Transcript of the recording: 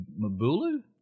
Mabulu